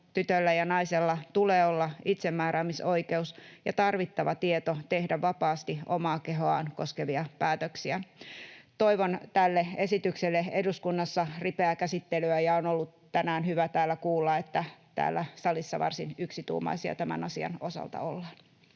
tytöllä ja naisella tulee olla itsemääräämisoikeus ja tarvittava tieto tehdä vapaasti omaa kehoaan koskevia päätöksiä. Toivon tälle esitykselle eduskunnassa ripeää käsittelyä. Ja on ollut tänään hyvä täällä kuulla, että täällä salissa varsin yksituumaisia tämän asian osalta ollaan.